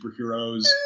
superheroes